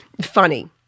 funny